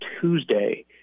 Tuesday